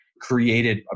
created